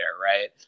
right